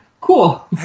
cool